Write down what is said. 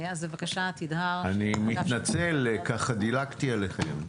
אני מתנצל, דיגלתי עליכם.